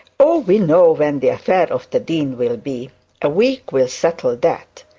oh! we know when the affair of the dean will be a week will settle that.